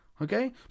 Okay